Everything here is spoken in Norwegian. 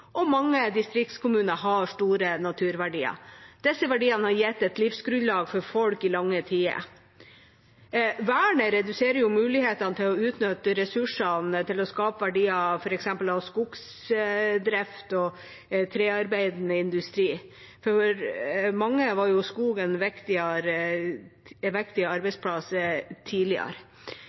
Mange distriktskommuner har store naturverdier. Disse verdiene har gitt et livsgrunnlag for folk i lange tider. Vernet reduserer mulighetene til å utnytte ressursene til å skape verdier, f.eks. av skogsdrift og trearbeidende industri. For mange var skogen en viktig arbeidsplass tidligere.